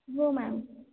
हो मॅम